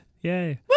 Yay